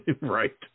right